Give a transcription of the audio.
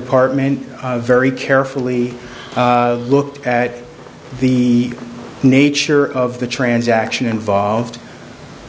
department very carefully looked at the nature of the transaction involved